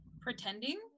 pretending